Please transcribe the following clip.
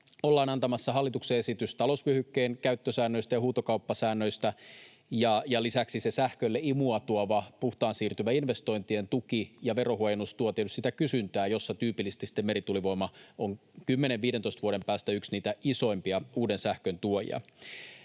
ollaan antamassa hallituksen esitys talousvyöhykkeen käyttösäännöistä ja huutokauppasäännöistä. Lisäksi sähkölle imua tuova puhtaan siirtymän investointien tuki ja verohuojennus tuovat tietysti sitä kysyntää, jossa tyypillisesti merituulivoima on 10—15 vuoden päästä yksi niitä isoimpia uuden sähkön tuojia.